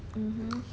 mmhmm